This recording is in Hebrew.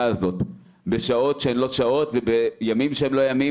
הזאת בשעות שהן לא שעות ובימים שהם לא ימים.